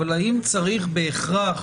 אבל האם צריך בהכרח